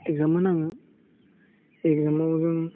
exam होनाङो एक्जामाव जों